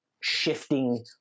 shifting